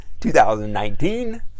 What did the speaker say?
2019